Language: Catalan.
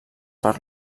per